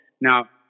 Now